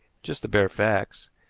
just the bare facts,